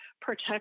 protect